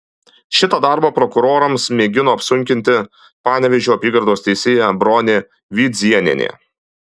šitą darbą prokurorams mėgino apsunkinti panevėžio apygardos teisėja bronė vidzėnienė